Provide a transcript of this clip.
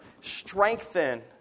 strengthen